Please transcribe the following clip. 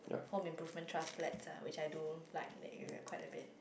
home improvement trust flat ah which I do like in the area quite a bit